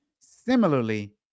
Similarly